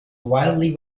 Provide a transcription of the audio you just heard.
wildly